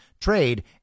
trade